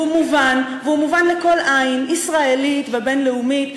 והוא מובן לכל עין ישראלית ובין-לאומית,